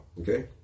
Okay